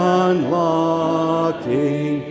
unlocking